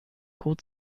called